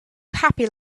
happy